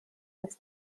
his